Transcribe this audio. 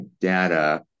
data